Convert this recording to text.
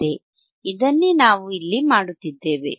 ಇದನ್ನೇ ನಾವು ಇಲ್ಲಿ ಮಾಡುತ್ತಿದ್ದೇವೆ